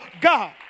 God